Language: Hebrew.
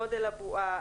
גודל הבועה,